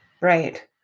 Right